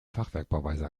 fachwerkbauweise